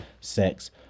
sex